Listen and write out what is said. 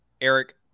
Eric